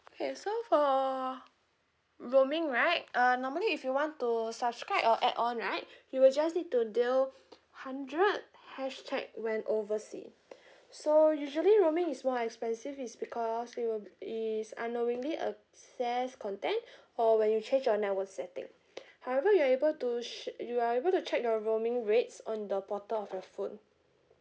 K so for roaming right uh normally if you want to subscribe or add on right you will just need to dial hundred hashtag when oversea so usually roaming is more expensive is because it will it is unknowingly access content or when you change your network setting however you are able to sh~ you are able to check your roaming rates on the bottom of your phone